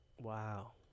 Wow